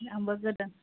आंबो गोदान